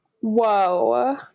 Whoa